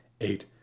eight